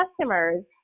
customers